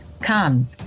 Come